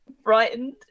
Frightened